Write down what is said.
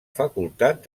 facultat